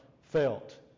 felt